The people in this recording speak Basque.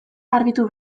garbitu